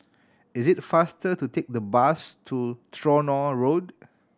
it is faster to take the bus to Tronoh Road